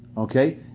Okay